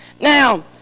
Now